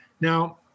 Now